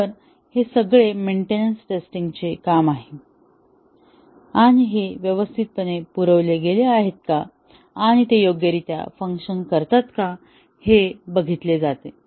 तर हे सगळे मेंटेनन्स टेस्टिंग चे काम आहे आणि हे व्यवस्थिपणे पुरवले गेले आहेत का आणि ते योग्यरित्या फंक्शन करतात का हे बघितले जाते